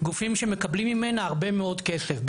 גופים שמקבלים ממנה הרבה מאוד כסף,